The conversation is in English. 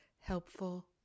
helpful